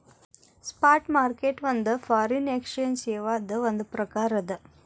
spot market ಒಂದ್ foreign exchange ಸೇವಾದ್ ಒಂದ್ ಪ್ರಕಾರ ಅದ